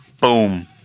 Boom